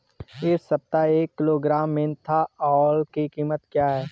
इस सप्ताह एक किलोग्राम मेन्था ऑइल की कीमत क्या है?